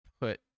put